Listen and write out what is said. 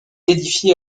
édifiée